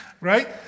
right